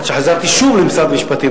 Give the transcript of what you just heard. עד שחזרתי שוב למשרד המשפטים,